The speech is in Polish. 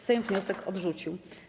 Sejm wniosek odrzucił.